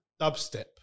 Dubstep